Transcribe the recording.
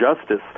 Justice